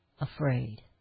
afraid